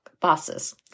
bosses